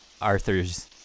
arthur's